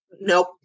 Nope